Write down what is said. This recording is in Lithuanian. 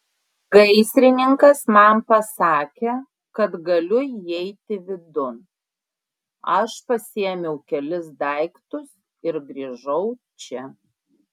gaisrininkas man pasakė kad galiu įeiti vidun aš pasiėmiau kelis daiktus ir grįžau čia